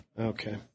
Okay